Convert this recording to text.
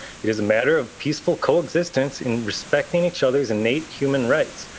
it is a matter of peaceful coexistence in respecting each other's innate human rights.